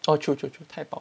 oh true true true 太薄